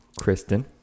kristen